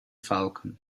falcon